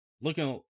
looking